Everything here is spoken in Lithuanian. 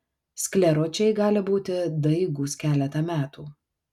skleročiai gali būti daigūs keletą metų